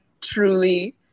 truly